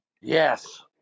yes